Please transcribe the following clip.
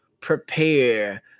prepare